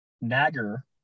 nagger